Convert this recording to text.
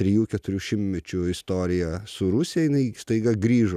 trijų keturių šimtmečių istorija su rusija jinai staiga grįžo